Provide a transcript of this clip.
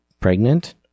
pregnant